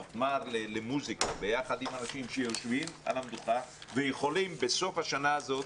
המפמ"ר למוסיקה ביחד עם אנשים שיושבים ויכולים בסוף השנה הזאת